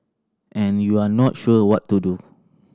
and you're not sure what to do